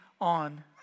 on